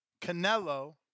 Canelo